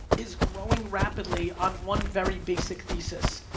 is growing rapidly on one very basic thesis.